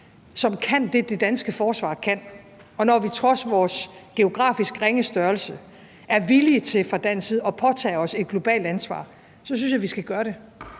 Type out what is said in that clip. som kan det, som det danske forsvar kan, og når vi trods vores geografisk ringe størrelse er villige til fra dansk side at påtage os et globalt ansvar, så synes jeg, at vi skal gøre det.